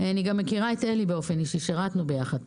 אני מכירה את אלי באופן אישי, שירתנו יחד פעם.